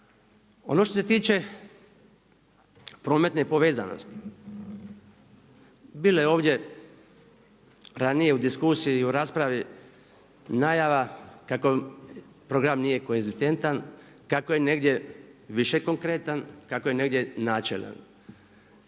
Ono što se tiče prometne povezanosti, bilo je ovdje ranije u diskusiji u raspravi najava kako program nije koegzistentan, kako je negdje više konkretan, kako je negdje načelan.